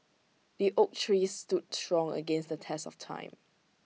the oak tree stood strong against the test of time